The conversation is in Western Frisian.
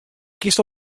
kinsto